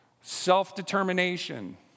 Self-determination